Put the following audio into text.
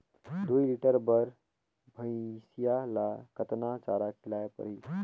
दुई लीटर बार भइंसिया ला कतना चारा खिलाय परही?